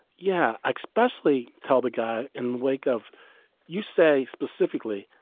yeah. especially tell the guy in the wake of you say specifically,